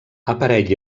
aparell